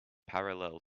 parallel